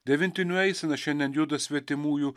devintinių eisena šiandien juda svetimųjų